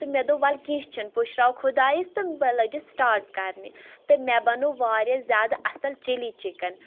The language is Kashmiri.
تہٕ مےٚ دوٚپ وَلہٕ کیٚنٛہہ چھُنہٕ پُشراو خۄدایَس تہٕ بہٕ لٔجِس سِٹاٹ کَرنہِ تہٕ مےٚ بَنو واریاہ زیادٕ اَصٕل چِلی چِکَن